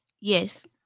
Yes